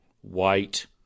white